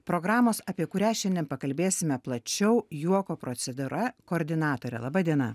programos apie kurią šiandien pakalbėsime plačiau juoko procedūra koordinatorė laba diena